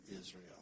Israel